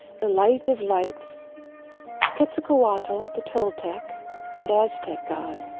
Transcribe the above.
the light of lights quetzalcoatl, the toltec and aztec god